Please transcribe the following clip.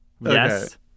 Yes